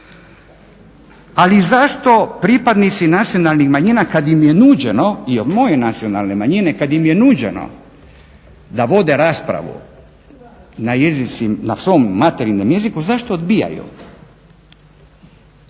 Ali zašto pripadnici nacionalnih manjina kad im je nuđeno i od moje nacionalne manjine, kad im je nuđeno da vode raspravu na svom materinjem jeziku zašto odbijaju?